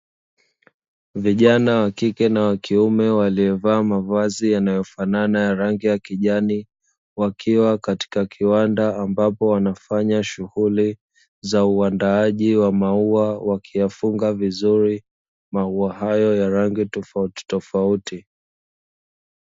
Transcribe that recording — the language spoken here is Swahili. Vijana wa kike na wa kiume waliovaa mavazi yanayofanana na rangi ya kijani, wakiwa katika kiwanda ambapo wanafanya shughuli za uandaaji wa maua, wakiwafunga vizuri maua hayo ya rangi tofautitofauti.